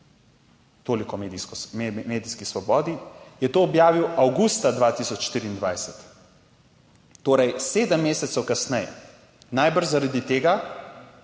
o medijski svobodi, je to objavil avgusta 2024, torej sedem mesecev kasneje. Najbrž zaradi tega,